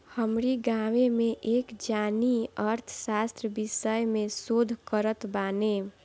हमरी गांवे में एक जानी अर्थशास्त्र विषय में शोध करत बाने